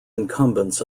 incumbents